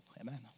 amen